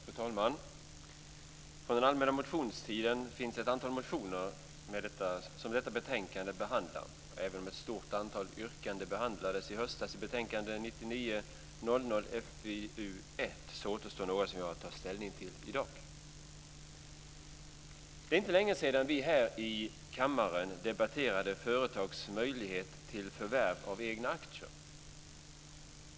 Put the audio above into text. Fru talman! Från den allmänna motionstiden finns ett antal motioner som detta betänkande behandlar. Även om ett stort antal yrkanden behandlades i höstas i betänkande 1999/2000:FiU1, så återstår några som vi har att ta ställning till i dag. Det är inte länge sedan som vi här i kammaren debatterade företags möjlighet till förvärv av egna aktier.